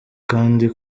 kandi